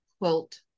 quilt